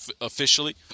officially